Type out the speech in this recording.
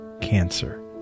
cancer